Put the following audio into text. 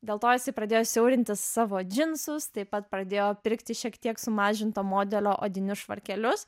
dėl to jisai pradėjo siaurintis savo džinsus taip pat pradėjo pirkti šiek tiek sumažinto modelio odinius švarkelius